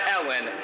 Ellen